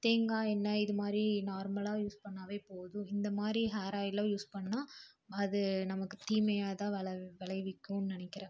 தேங்காய் எண்ணெய் இதுமாதிரி நார்மலாக யூஸ் பண்ணிணாவே போதும் இந்தமாதிரி ஹேர் ஆயிலெலாம் யூஸ் பண்ணிணா அது நமக்குத் தீமையாகதான் வளரு விளைவிக்கும் நினைக்கிறேன்